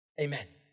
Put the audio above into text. Amen